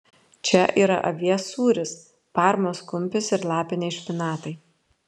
čia yra avies sūris parmos kumpis ir lapiniai špinatai